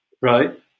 right